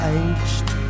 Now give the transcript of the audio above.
aged